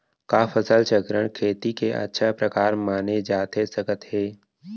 का फसल चक्रण, खेती के अच्छा प्रकार माने जाथे सकत हे?